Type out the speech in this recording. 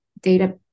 data